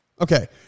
okay